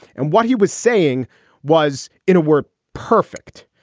and what he was saying was, in a word, perfect.